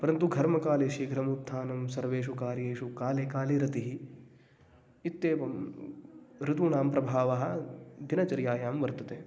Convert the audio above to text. परन्तु घर्मकाले शीघ्रम् उत्थानं सर्वेषु कार्येषु काले काले रतिः इत्येवम् ऋतूनां प्रभावः दिनचर्यायां वर्तते